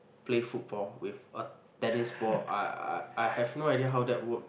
play football with a tennis ball I I I have no idea how that work